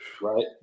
right